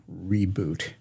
reboot